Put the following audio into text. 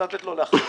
צריך לתת לו להחליט.